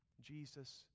Jesus